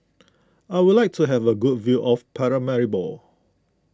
I would like to have a good view of Paramaribo